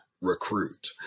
recruit